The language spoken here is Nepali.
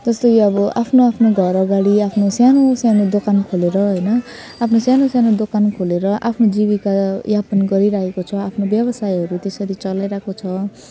जस्तै अब आफ्नो आफ्नो घर अगाडि आफ्नो आफ्नो सानो सानो दोकान खोलेर होइन आफ्नो सानो सानो दोकान खोलेर आफ्नो जीविका यापन गरिरहेको छ आफ्नो व्यवसायहरू त्यसरी चलाइरहेको छ